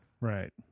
Right